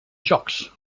jocs